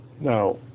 now